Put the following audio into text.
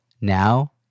Now